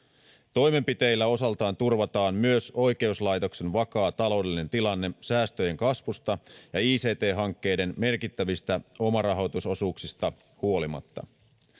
toimenpiteillä osaltaan turvataan myös oikeuslaitoksen vakaa taloudellinen tilanne säästöjen kasvusta ja ict hankkeiden merkittävistä omarahoitusosuuksista huolimatta